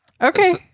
okay